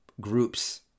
groups